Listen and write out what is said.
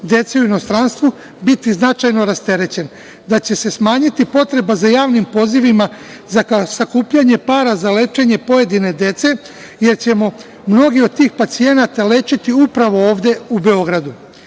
dece u inostranstvu, biti značajno rasterećen, da će se smanjiti potreba za javnim pozivima za sakupljanje para za lečenje pojedine dece, jer ćemo mnoge od tih pacijenata lečiti upravo ovde u Beogradu. Do